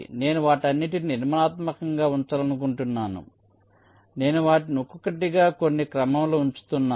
నేను వాటన్నింటినీ నిర్మాణాత్మకంగా ఉంచాలనుకుంటున్నాను అంటే నేను వాటిని ఒక్కొక్కటిగా కొన్ని క్రమంలో ఉంచుతున్నాను